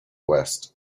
west